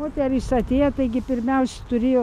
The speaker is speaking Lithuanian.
moterys atėję taigi pirmiaus turėjo